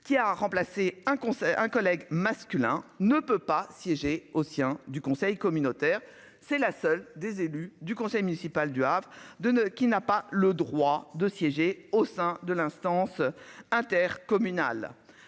un con c'est un collègue masculin ne peut pas siéger au sien du conseil communautaire. C'est la seule des élus du conseil municipal du Havre de ne qui n'a pas le droit de siéger au sein de l'instance inter-communal.